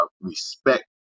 respect